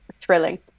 thrilling